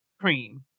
cream